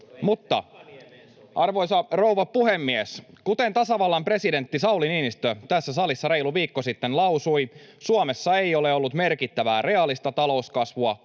sovi!] Arvoisa rouva puhemies! Kuten tasavallan presidentti Sauli Niinistö tässä salissa reilu viikko sitten lausui, Suomessa ei ole ollut merkittävää reaalista talouskasvua